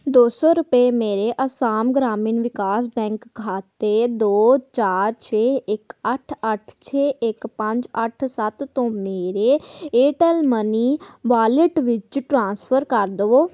ਦੋ ਸੌ ਰੁਪਏ ਮੇਰੇ ਅਸਾਮ ਗ੍ਰਾਮੀਣ ਵਿਕਾਸ ਬੈਂਕ ਖਾਤੇ ਦੋ ਚਾਰ ਛੇ ਇੱਕ ਅੱਠ ਅੱਠ ਛੇ ਇੱਕ ਪੰਜ ਅੱਠ ਸੱਤ ਤੋਂ ਮੇਰੇ ਏਅਰਟੈੱਲ ਮਨੀ ਵਾਲਿਟ ਵਿੱਚ ਟ੍ਰਾਂਸਫਰ ਕਰ ਦਵੋ